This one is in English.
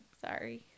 Sorry